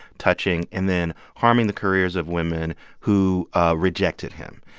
touching and then harming the careers of women who rejected him.